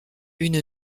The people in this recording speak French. une